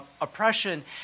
oppression